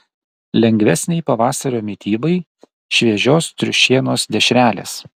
lengvesnei pavasario mitybai šviežios triušienos dešrelės